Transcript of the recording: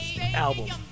album